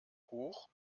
hoch